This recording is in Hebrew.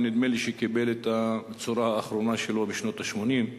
ונדמה שהוא קיבל את הצורה האחרונה שלו בשנות ה-80.